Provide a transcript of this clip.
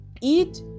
eat